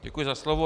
Děkuju za slovo.